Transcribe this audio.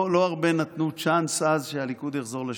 לא הרבה נתנו צ'אנס אז שהליכוד יחזור לשלטון.